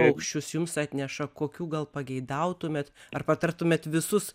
paukščius jums atneša kokių gal pageidautumėt ar patartumėte visus